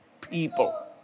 people